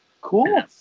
cool